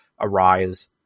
arise